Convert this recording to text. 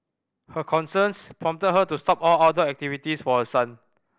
her concerns prompted her to stop all outdoor activities for her son